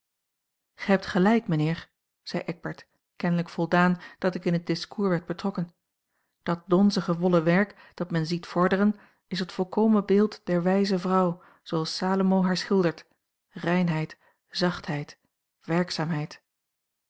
gij hebt gelijk mijnheer zei eckbert kenlijk voldaan dat ik in het discours werd betrokken dat donzige wollen werk dat men ziet vorderen is het volkomen beeld der wijze vrouw zooals salomo haar schildert reinheid zachtheid werkzaamheid